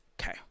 Okay